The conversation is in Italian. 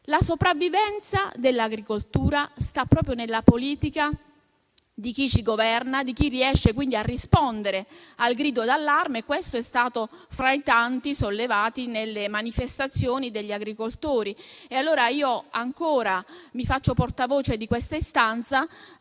La sopravvivenza dell'agricoltura sta proprio nella politica di chi ci governa e di chi riesce a rispondere al grido d'allarme. Questo è stato uno fra i tanti sollevati nelle manifestazioni degli agricoltori e io me ne faccio portavoce. Non si